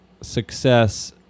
success